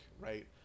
right